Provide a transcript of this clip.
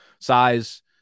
Size